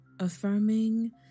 affirming